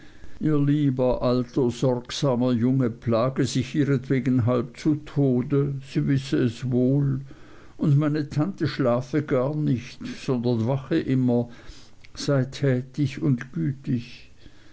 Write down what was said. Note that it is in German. ihr lieber alter sorgsamer junge plage sich ihretwegen halb zu tode sie wisse es wohl und meine tante schlafe gar nicht sondern wache immer sei tätig und gütig